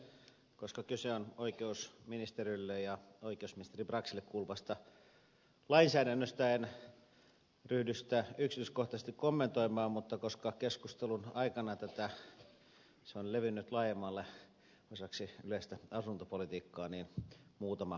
koska kyse on oikeusministeriölle ja oikeusministeri braxille kuuluvasta lainsäädännöstä en ryhdy sitä yksityiskohtaisesti kommentoimaan mutta koska keskustelu on tässä levinnyt laajemmalle osaksi yleistä asuntopolitiikkaa niin muutama kommentti